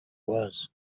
was